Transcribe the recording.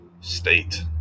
state